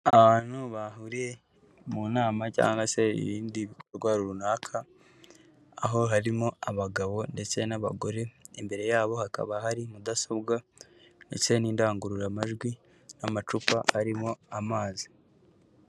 Abantu bahuriye mu nama cyangwa se ibindi bikorwa runaka, aho harimo abagabo ndetse n'abagore, imbere yabo hakaba hari mudasobwa ndetse n'indangururamajwi n'amacupa arimo amazi.